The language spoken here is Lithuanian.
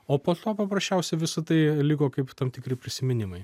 o po to paprasčiausia visa tai liko kaip tam tikri prisiminimai